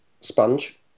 Sponge